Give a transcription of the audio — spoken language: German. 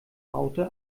raute